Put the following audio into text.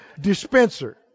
Dispenser